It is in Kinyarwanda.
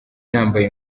nambaye